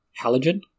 halogen